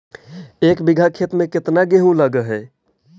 एक बिघा खेत में केतना गेहूं लग है?